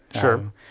Sure